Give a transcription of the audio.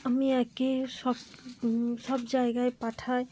আমি এঁকে সব সব জায়গায় পাঠাই